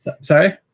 Sorry